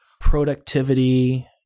productivity